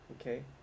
okay